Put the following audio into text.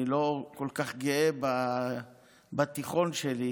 אני לא כל כך גאה בתיכון שלי,